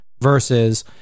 versus